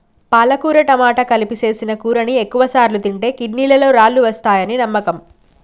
పాలకుర టమాట కలిపి సేసిన కూరని ఎక్కువసార్లు తింటే కిడ్నీలలో రాళ్ళు వస్తాయని నమ్మకం